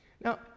Now